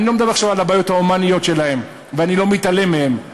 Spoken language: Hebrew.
אני לא מדבר עכשיו על הבעיות ההומניות שלהם ואני לא מתעלם מהן,